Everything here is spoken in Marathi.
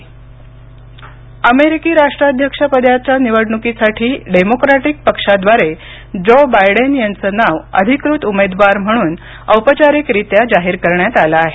बायडन अमेरिकी अध्यक्षपदाच्या निवडणुकीसाठी डेमोक्रॅटिक पक्षाद्वारे जो बायडेन यांचं नाव अधिकृत उमेदवार म्हणून औपचारिकरित्या जाहीर करण्यात आलं आहे